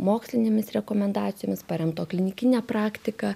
mokslinėmis rekomendacijomis paremto klinikine praktika